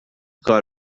کار